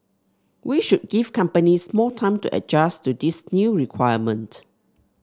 we should give companies more time to adjust to this new requirement